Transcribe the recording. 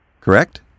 correct